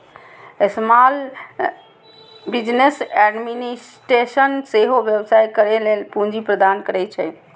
small business administration सेहो व्यवसाय करै लेल पूंजी प्रदान करै छै